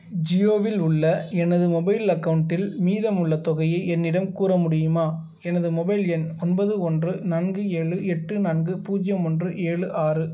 ஜியோவில் உள்ள எனது மொபைல் அக்கௌண்ட்டில் மீதம் உள்ள தொகையை என்னிடம் கூற முடியுமா எனது மொபைல் எண் ஒன்பது ஒன்று நான்கு ஏழு எட்டு நான்கு பூஜ்ஜியம் ஒன்று ஏழு ஆறு